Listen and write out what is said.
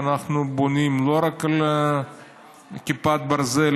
ואנחנו בונים לא רק על כיפת הברזל,